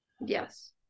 yes